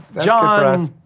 John